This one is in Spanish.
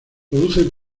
produce